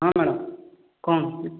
ହଁ ମ୍ୟାଡ଼ାମ କ'ଣ